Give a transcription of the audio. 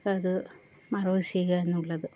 അതു മറവു ചെയ്യുകയെന്നുള്ളത്